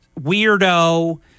weirdo